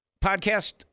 podcast